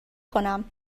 کنم